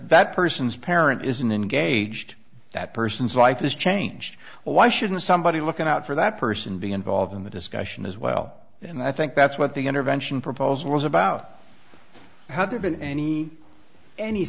that person's parent isn't engaged that person's life is changed or why shouldn't somebody looking out for that person be involved in the discussion as well and i think that's what the intervention proposal was about how there been any any